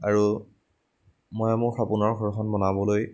আৰু মই মোৰ সাপোনৰ ঘৰখন বনাবলৈ